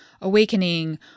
awakening